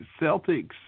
Celtics